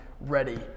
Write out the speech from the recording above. ready